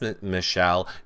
Michelle